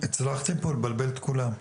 הצלחתם פה לבלבל את כולם,